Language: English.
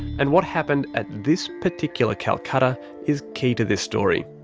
and what happened at this particular calcutta is key to this story.